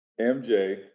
MJ